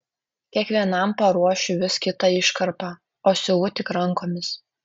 kiekvienam paruošiu vis kitą iškarpą o siuvu tik rankomis